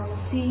seed set